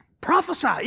prophesy